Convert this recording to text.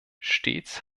stets